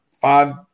five